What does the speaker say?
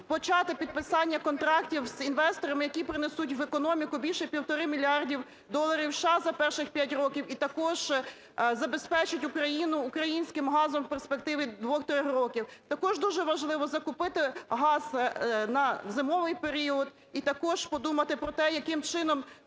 почати підписання контрактів з інвесторами, які принесуть в економіку більше 1,5 мільярда доларів США за перших 5 років і також забезпечать Україну українським газом в перспективі 2-3 років. Також дуже важливо закупити газ на зимовий період. І також подумати про те, яким чином